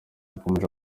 yakomeje